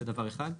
זה דבר אחד.